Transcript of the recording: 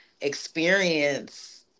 experience